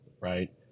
right